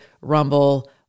Rumble